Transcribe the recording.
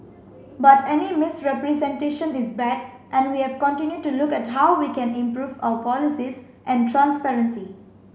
but any misrepresentation is bad and we have continued to look at how we can improve our policies and transparency